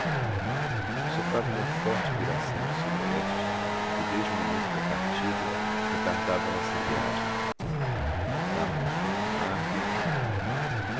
soprava uma forte viração de sudoeste que desde o momento da partida retardava a nossa viagem lutávamos contra o mar e o vento